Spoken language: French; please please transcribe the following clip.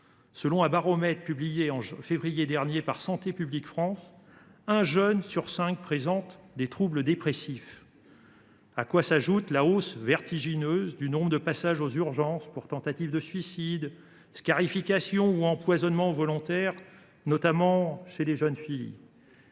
Selon un baromètre publié en février dernier par Santé publique France, un jeune sur cinq présente des troubles dépressifs. S’y ajoute la hausse vertigineuse du nombre de passages aux urgences pour tentative de suicide, scarification ou empoisonnement volontaire, notamment chez les jeunes filles.